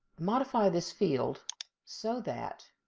modify this field so that